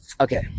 Okay